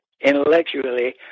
intellectually